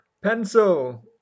pencil